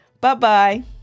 Bye-bye